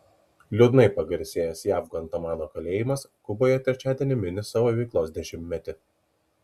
liūdnai pagarsėjęs jav gvantanamo kalėjimas kuboje trečiadienį mini savo veiklos dešimtmetį